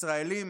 ישראלים,